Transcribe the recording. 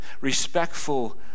respectful